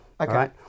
Okay